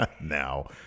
now